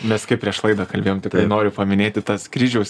mes kaip prieš laidą kalbėjom tiktai noriu paminėti tas kryžiaus